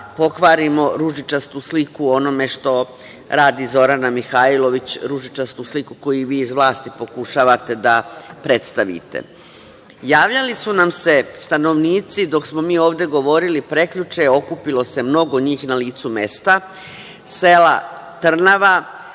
pokvarimo ružičastu sliku o onome što radi Zorana Mihajlović, ružičastu sliku koju vi iz vlasti pokušavate da predstavite. Javljali su nam se stanovnici, dok smo mi ovde govorili prekjuče, okupilo se mnogo njih na licu mesta, sela Trnava,